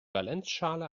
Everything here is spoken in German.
valenzschale